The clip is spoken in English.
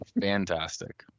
fantastic